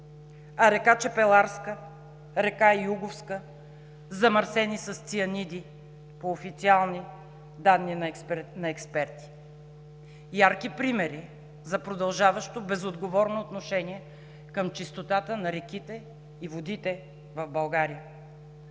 А река Чепеларска, река Юговска – замърсени с цианиди по официални данни на експерти – ярки примери за продължаващо безотговорно отношение към чистотата на реките и водите в България.